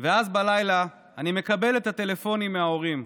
ואז בלילה אני מקבל את הטלפונים מההורים,